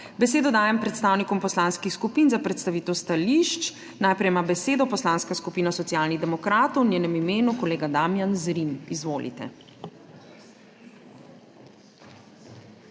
Besedo dajem predstavnikom poslanskih skupin za predstavitev stališč. Najprej ima besedo Poslanska skupina Socialnih demokratov, v njenem imenu kolega Damijan Zrim. Izvolite.